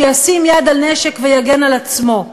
שישים יד על נשק ויגן על עצמו.